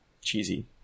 cheesy